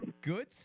good